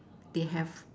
they have